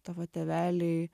tavo tėveliai